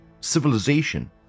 civilization